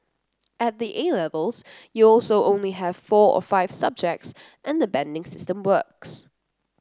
at the A Levels you also only have four or five subjects and the banding system works